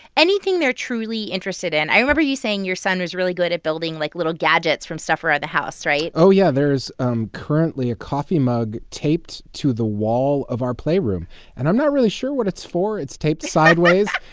anything they're truly interested in. i remember you saying your son is really good at building, like, little gadgets from stuff around the house, right? oh, yeah. there's um currently a coffee mug taped to the wall of our playroom and i'm not really sure what it's for. it's taped sideways.